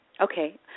Okay